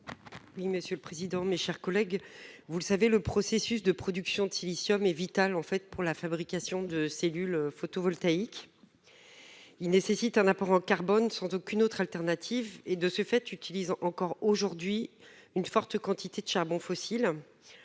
Oui, monsieur le président, mes chers collègues, vous le savez, le processus de production de silicium et vital en fait pour la fabrication de cellules photovoltaïques. Il nécessite un apport en carbone sans aucune autre alternative et de ce fait utilise encore aujourd'hui une forte quantité de charbon fossiles.